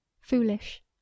foolish